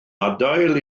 adael